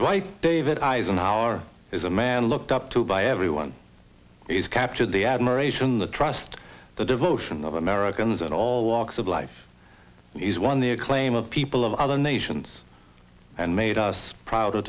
dr david eisenhower is a man looked up to by everyone is captured the admiration the trust the devotion of americans in all walks of life he's won the acclaim of people of other nations and made us proud